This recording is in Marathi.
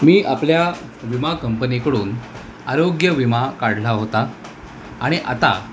मी आपल्या विमा कंपनीकडून आरोग्य विमा काढला होता आणि आता